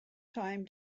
time